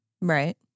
Right